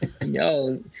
Yo